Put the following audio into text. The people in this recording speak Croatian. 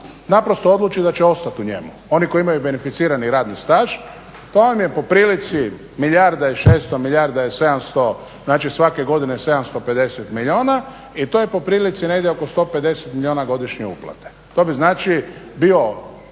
naprosto odluči da će ostati u njemu, oni koji imaju beneficirani radni staž. To vam je po prilici milijarda i 600, milijarda i 700, znači svake godine 750 milijuna i to je po prilici negdje oko 150 milijuna godišnje uplate. To bi znači bio